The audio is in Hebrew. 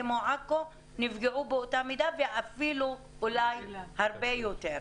כמו עכו - נפגעו באותה מידה ואולי אף הרבה יותר.